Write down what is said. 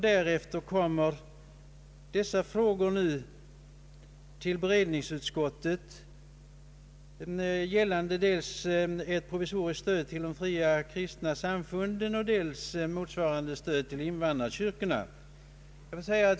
Därefter kommer nu från allmänna beredningsutskottet dessa frågor, som gäller dels ett provisoriskt stöd till de fria kristna samfunden, dels motsvarande stöd till invandrarkyrkorna.